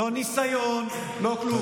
לא ניסיון, לא כלום.